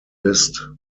list